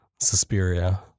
Suspiria